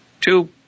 two